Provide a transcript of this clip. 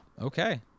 okay